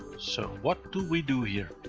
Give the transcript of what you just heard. so what do we do here?